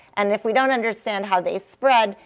and if we don't understand how they spread,